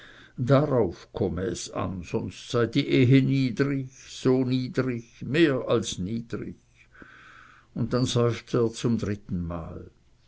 darauf komm es an sonst sei die ehe niedrig so niedrig mehr als niedrig und dann seufzt er zum drittenmal und